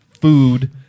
food